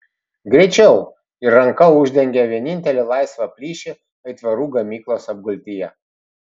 greičiau ir ranka uždengė vienintelį laisvą plyšį aitvarų gamyklos apgultyje